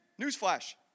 Newsflash